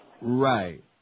Right